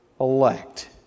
elect